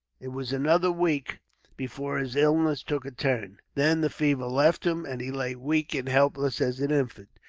it was another week before his illness took a turn. then the fever left him, and he lay weak and helpless as an infant.